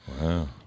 Wow